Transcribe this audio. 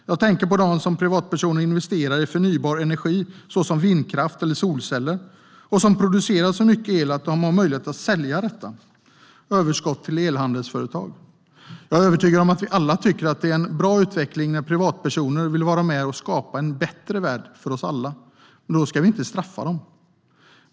Jag tänker på de privatpersoner som investerar i förnybar energi, såsom vindkraft eller solceller, och som producerar så mycket el att de har möjlighet att sälja detta överskott till elhandelsföretag. Jag är övertygad om att vi alla tycker att det är en bra utveckling när privatpersoner vill vara med och skapa en bättre värld för oss alla. Men då ska vi inte straffa dem.